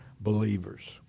believers